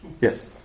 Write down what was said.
Yes